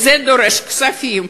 זה דורש כספים.